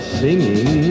singing